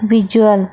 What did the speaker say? visual